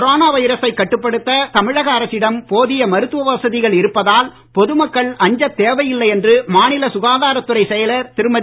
corona வைரசை கட்டுப்படுத்த தமிழக அரசிடம் போதிய மருத்துவ வசதிகள் இருப்பதால் பொது மக்கள் அஞ்ச தேவையில்லை என்று மாநில சுகாதாரத் துறைச் செயலர் திருமதி